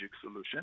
solution